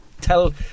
tell